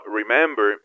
remember